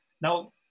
Now